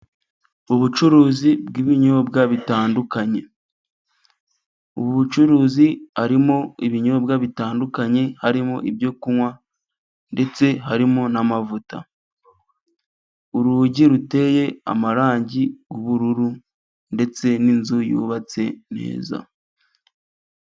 Ubucuruzi bw'ibinyobwa bitandukanye. Ubu bucuruzi harimo ibinyobwa bitandukanye. Harimo ibyo kunywa ndetse harimo n'amavuta. Urugi ruteye amarangi y'ubururu ndetse n'inzu yubatse neza.